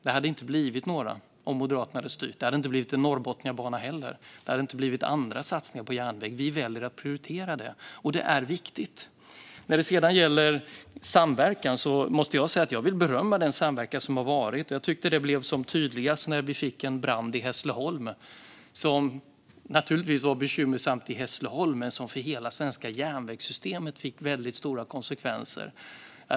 Det hade inte blivit några om Moderaterna hade styrt - inte heller en norrbotniabana eller andra satsningar på järnväg. Vi väljer att prioritera dem. Det är viktigt. När det gäller samverkan vill jag berömma den som har varit. Det blev som tydligast när det brann i Hässleholm. Det var naturligtvis bekymmersamt i Hässleholm, och det fick också stora konsekvenser för hela svenska järnvägssystemet.